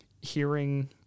hearing